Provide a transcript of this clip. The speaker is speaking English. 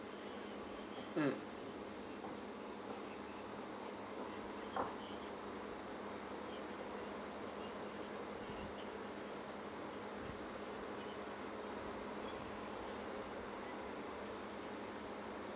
mm